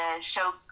show